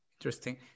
Interesting